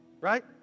Right